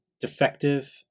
defective